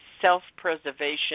self-preservation